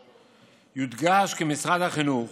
יודגש כי משרד החינוך